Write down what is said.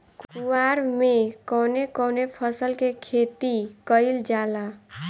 कुवार में कवने कवने फसल के खेती कयिल जाला?